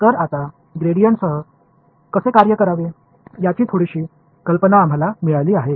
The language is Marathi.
तर आता ग्रेडीयंटसह कसे कार्य करावे याची थोडीशी कल्पना आम्हाला मिळाली आहे